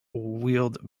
wielded